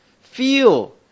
feel